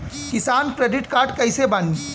किसान credit card कइसे बानी?